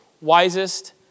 wisest